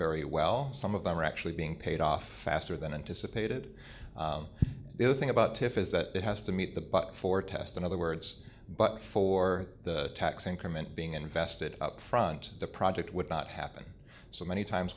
very well some of them are actually being paid off faster than anticipated and the other thing about tiff is that it has to meet the budget for test in other words but for the tax increment being invested upfront the project would not happen so many times